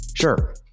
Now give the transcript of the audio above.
Sure